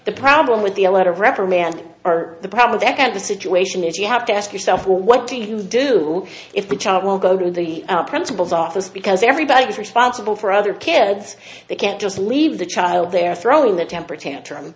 the problem with the a letter of reprimand are the problem second the situation is you have to ask yourself well what do you do if the child won't go to the principal's office because everybody is responsible for other kids they can't just leave the child they're throwing the temper tantrum